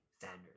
Sanders